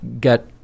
get